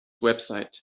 website